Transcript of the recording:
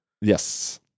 Yes